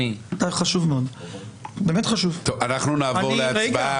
על הסתייגות 206. מי בעד?